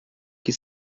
que